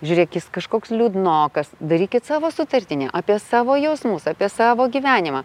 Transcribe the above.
žiūrėk jis kažkoks liūdnokas darykit savo sutartinę apie savo jausmus apie savo gyvenimą